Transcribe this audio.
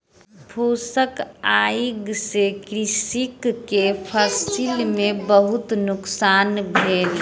फूसक आइग से कृषक के फसिल के बहुत नुकसान भेल